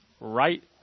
right